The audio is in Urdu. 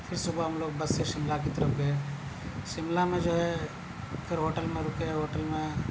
پھر صبح ہم لوگ بس سے شملہ کی طرف گئے شملہ میں جو ہے پھر ہوٹل میں رکے ہوٹل میں